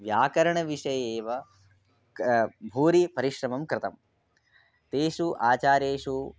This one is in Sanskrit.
व्याकरण विषये वा क भूरि परिश्रमं कृतं तेषु आचारेषु